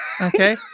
okay